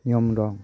नियम दं